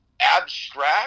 abstract